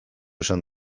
esan